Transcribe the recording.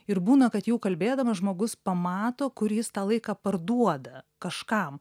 ir būna kad jau kalbėdamas žmogus pamato kur jis tą laiką parduoda kažkam